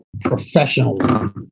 Professional